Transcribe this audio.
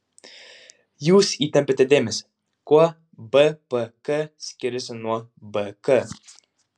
jūs įtempiate dėmesį kuo bpk skiriasi nuo bk